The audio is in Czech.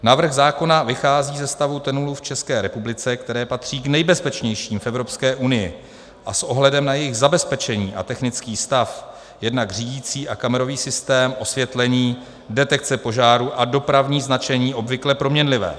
Návrh zákona vychází ze stavu tunelů v České republice, které patří k nejbezpečnějším v Evropské unii, a s ohledem na jejich zabezpečení a technický stav, jednak řídicí a kamerový systém, osvětlení, detekce požárů a dopravní značení obvykle proměnlivé.